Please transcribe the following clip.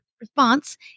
response